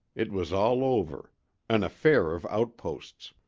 it was all over an affair of outposts.